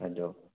ꯑꯗꯣ